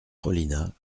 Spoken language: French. rollinat